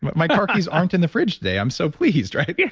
but my car keys aren't in the fridge today. i'm so pleased, right? yeah